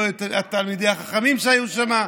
לא את תלמידי החכמים שהיו שם,